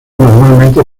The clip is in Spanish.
normalmente